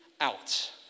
out